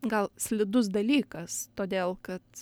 gal slidus dalykas todėl kad